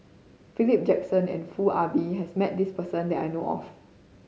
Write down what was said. Philip Jackson and Foo Ah Bee has met this person that I know of